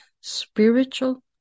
spiritual